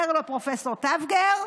אומר לו פרופ' טבגר: